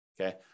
Okay